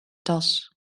tas